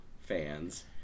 fans